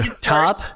Top